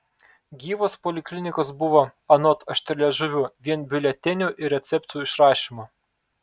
gyvos poliklinikos buvo anot aštrialiežuvių vien biuletenių ir receptų išrašymu